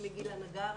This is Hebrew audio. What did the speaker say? שמי גילה נגר,